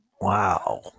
Wow